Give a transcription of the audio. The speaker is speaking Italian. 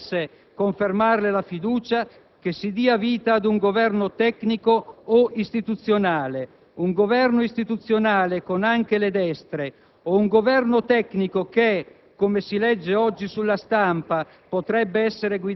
Per quanto ci riguarda, noi oggi riconfermiamo la fiducia, chiedendole di avviare un'azione di risarcimento sociale. Non sono, invece, per nulla d'accordo, qualora quest'Aula non dovesse confermare la fiducia,